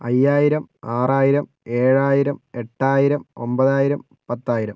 അയ്യായിരം ആറായിരം ഏഴായിരം എട്ടായിരം ഒൻപതിനായിരം പത്തായിരം